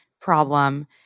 problem